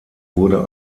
wurde